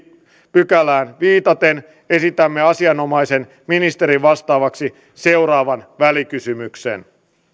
pykälään viitaten esitämme asianomaisen ministerin vastattavaksi seuraavan välikysymyksen